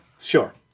Sure